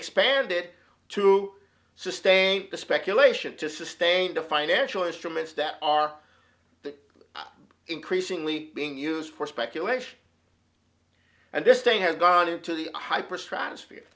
expanded to sustain the speculation to sustain the financial instruments that are increasingly being used for speculation and this thing has gone into the hyper stratospher